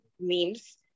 memes